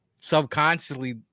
subconsciously